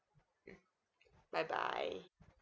mm bye bye